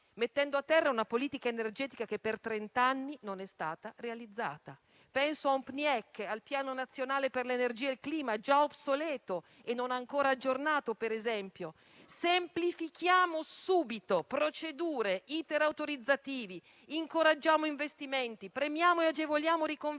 mettendo a terra una politica energetica che per trent'anni non è stata realizzata. Penso al PNIEC, al Piano nazionale integrato per l'energia e il clima, già obsoleto e non ancora aggiornato. Semplifichiamo subito procedure, *iter* autorizzativi; incoraggiamo investimenti; premiamo e agevoliamo riconversioni